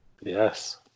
Yes